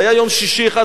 זה היה יום שישי אחד,